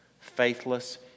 faithless